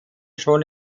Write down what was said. schon